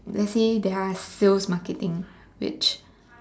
let's say there are sales marketing which